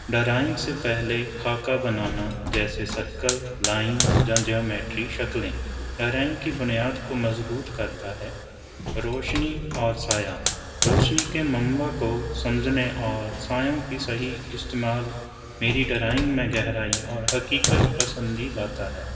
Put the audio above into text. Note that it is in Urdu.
ڈرائنگ سے پہلے خاکہ بنانا جیسے سرکل لائنس جن جیمیٹری شکلیں ڈرائنگ کی بنیاد کو مضبوط کرتا ہے روشنی اور سایہ روشنی کے ممبع کو سمجھنے اور سائوں کی صحیح استعمال میری ڈرائنگ میں گہرائی اور حقیقت پسندی لاتا ہے